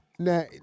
Now